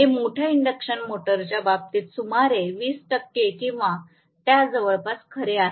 हे मोठ्या इंडक्शन मोटरच्या बाबतीत सुमारे 20 टक्के किंवा त्या जवळपास खरे आहे